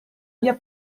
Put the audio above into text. via